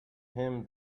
him